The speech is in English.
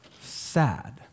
sad